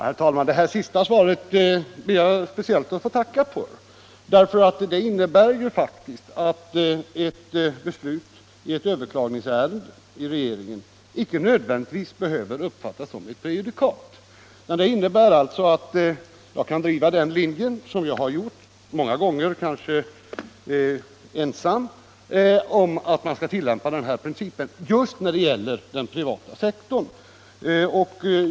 Herr talman! Jag ber speciellt att få tacka för detta sista svar. Det innebär faktiskt att ett regeringsbeslut i ett överklagningsärende inte nödvändigtvis behöver uppfattas som ett prejudikat. Jag kan alltså fortsätta att driva den princip jag hävdat, många gånger kanske ensam, just när det gäller den privata sektorn.